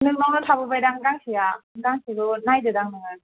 नोंनावनो थाबोबायदां गांसेआ गांसेल' नायदोदां नोङो